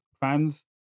fans